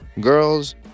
girls